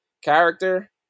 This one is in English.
character